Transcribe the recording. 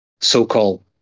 so-called